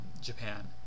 Japan